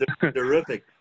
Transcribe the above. terrific